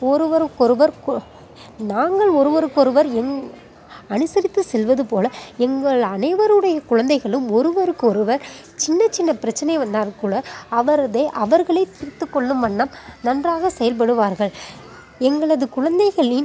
ஒருவருக்கொருவர் கு நாங்கள் ஒருவருக்கொருவர் என் அனுசரித்து செல்வது போல எங்கள் அனைவருடைய குழந்தைகளும் ஒருவருக்கொருவர் சின்ன சின்ன பிரச்சினை வந்தாலும் கூட அவரதே அவர்களே தீர்த்து கொள்ளும் வண்ணம் நன்றாக செயல்படுவார்கள் எங்களது குழந்தைகளின்